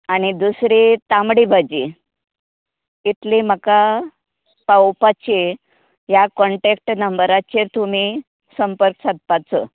आनी दुसरी तांबडी भाजी इतलीं म्हाका पावोवपाची ह्या कॉन्टेक्ट नंबराचेर तुमी संपर्क सादपाचो